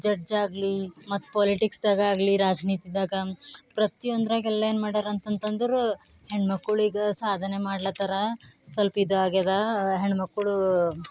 ಜಡ್ಜಾಗಲಿ ಮತ್ತು ಪಾಲಿಟಿಕ್ಸ್ದಾಗಾಗಲಿ ರಾಜನೀತಿದಾಗ ಪ್ರತಿಯೊಂದ್ರಾಗೆಲ್ಲ ಏನು ಮಾಡ್ಯಾರ ಅಂತಂತಂದರೆ ಹೆಣ್ಮಕ್ಕಳು ಈಗ ಸಾಧನೆ ಮಾಡ್ಲತ್ತರ ಸ್ವಲ್ಪ ಇದಾಗ್ಯದ ಹೆಣ್ಮಕ್ಕಳು